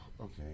Okay